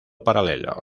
paralelo